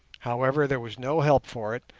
however, there was no help for it,